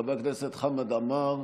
חבר הכנסת חמד עמאר,